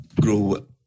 grow